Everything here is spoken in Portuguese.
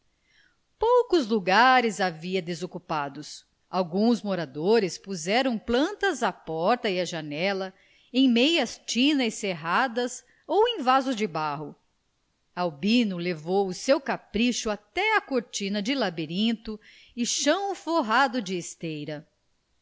poucos lugares havia desocupados alguns moradores puseram plantas à porta e à janela em meias tinas serradas ou em vasos de barro albino levou o seu capricho até à cortina de labirinto e chão forrado de esteira